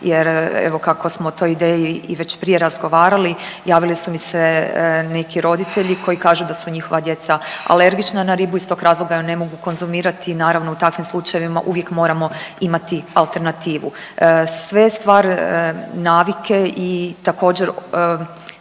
jer evo kako smo toj ideji i već prije razgovarali javili su mi se neki roditelji koji kažu da su njihova djeca alergična na ribu. Iz tog razloga je ne mogu konzumirati i naravno u takvim slučajevima uvijek moramo imati alternativu. Sve je stvar navike i također